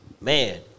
Man